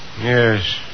yes